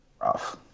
rough